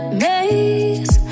maze